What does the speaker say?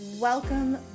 Welcome